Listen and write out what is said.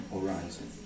Horizon